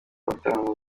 ibitaramo